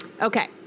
Okay